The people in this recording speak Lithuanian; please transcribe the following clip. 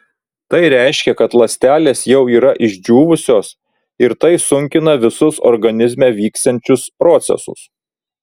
tai reiškia kad ląstelės jau yra išdžiūvusios ir tai sunkina visus organizme vyksiančius procesus